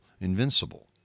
invincible